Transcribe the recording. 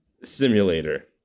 simulator